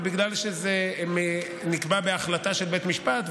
ובגלל שזה נקבע בהחלטה של בית משפט,